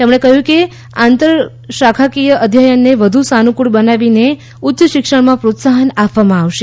તેમણે કહ્યું કે આંતરશાખાકીય અધ્યયનને વધુ સાનુકૂળ બનાવીને ઉચ્ય શિક્ષણમાં પ્રોત્સાહન આપવામાં આવશે